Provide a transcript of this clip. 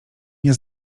nie